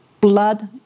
Blood